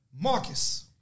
Marcus